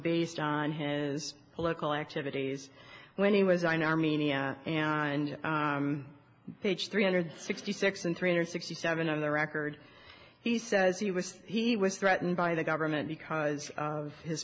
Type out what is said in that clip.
based on his political activities when he was on armenia and page three hundred sixty six and three hundred sixty seven on the record he says he was he was threatened by the government because of his